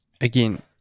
again